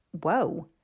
whoa